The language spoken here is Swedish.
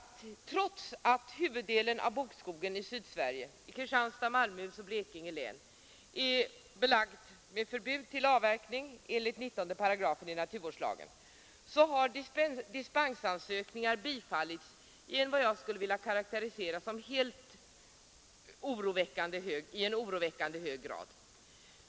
Trots att huvuddelen av bokskogen i Sydsverige — i Kristianstads, Malmöhus och Blekinge län — är belagd med förbud mot avverkning enligt 19 8 naturvårdslagen har dispensansökningar bifallits i vad jag skulle vilja karakterisera som en oroväckande hög grad.